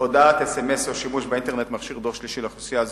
הודעת אס.אם.אס או שימוש באינטרנט במכשיר דור שלישי לאוכלוסייה הזאת.